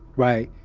right?